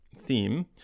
theme